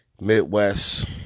Midwest